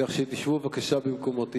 כך שתשבו במקומותיכם